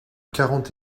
quarante